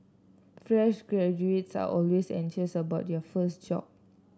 fresh graduates are always anxious about their first job